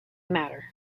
matter